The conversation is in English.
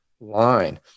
line